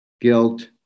guilt